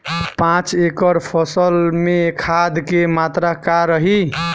पाँच एकड़ फसल में खाद के मात्रा का रही?